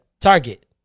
Target